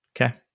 Okay